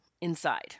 inside